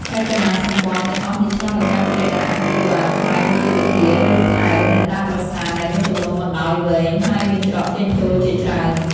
រចនាសម្ព័ន្ធទាំងអស់នេះឆ្លុះបញ្ចាំងពីលក្ខណៈអគារបុរាណខ្មែរដូចជា វិហារ ឬថែវនៅតាមប្រាសាទ ដែលមានទម្រង់បណ្តោយវែង ហើយមានច្រកចេញចូលជាច្រើន។